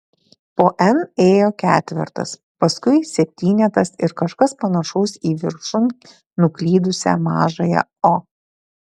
po n ėjo ketvertas paskui septynetas ir kažkas panašaus į viršun nuklydusią mažąją o